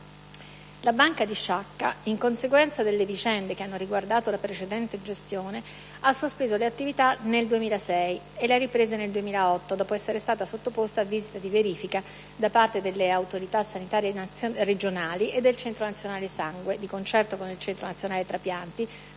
La Banca di Sciacca, in conseguenza delle vicende che hanno riguardato la precedente gestione, ha sospeso le attività nel 2006 e le ha riprese nel 2008, dopo essere stata sottoposta a visita di verifica da parte delle autorità sanitarie regionali e del Centro nazionale sangue, di concerto con il Centro nazionale trapianti,